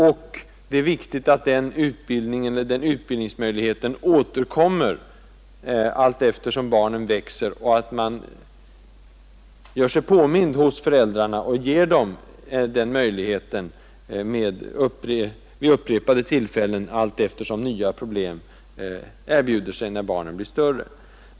Och det är viktigt att den utbildningsmöjligheten återkommer allteftersom barnen växer, och att föräldrarna påminns om möjligheten att få utbildning allteftersom nya problem uppstår när barnen blir större.